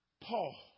Paul